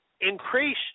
increase